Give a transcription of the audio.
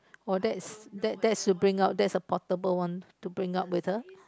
or that's that's to bring out that's a portable one to bring out with the